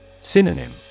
Synonym